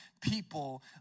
people